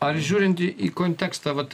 ar žiūrinti į į kontekstą vat